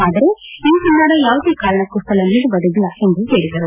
ಆದರೆ ಈ ಹುನ್ನಾರ ಯಾವುದೇ ಕಾರಣಕ್ಕೂ ಫಲ ನೀಡುವುದಿಲ್ಲ ಎಂದು ಹೇಳಿದರು